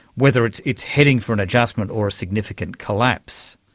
whether it's it's heading for an adjustment or a significant collapse.